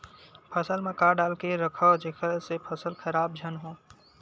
फसल म का डाल के रखव जेखर से फसल खराब झन हो?